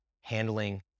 handling